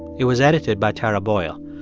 it was edited by tara boyle.